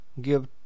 give